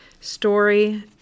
story